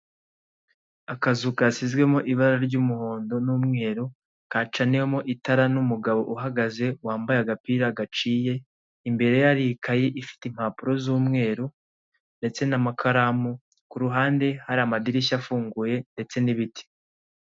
Akazu kashyizwemo ibara ry'umuhondo n'umweru, kacaniwemo itara n'umugabo uhagaze wambaye agapira gaciye, imbere ye hari ikayi ifite impapuro z'umweru, ndetse n'amakaramu, kuruhande hari akadirishya gafunguye ndetse n'ibiti.